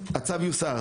הצו יוסר.